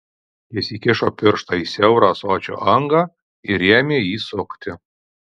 jis įkišo pirštą į siaurą ąsočio angą ir ėmė jį sukti